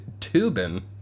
Tubin